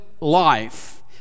life